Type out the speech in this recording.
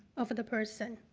of the person.